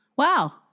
Wow